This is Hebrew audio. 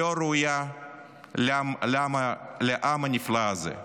לא ראויה לעם הנפלא הזה.